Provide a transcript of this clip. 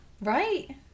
right